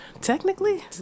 Technically